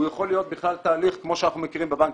הוא יכול להיות בכלל תהליך כמו שאנחנו מכירים בבנק,